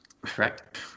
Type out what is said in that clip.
Correct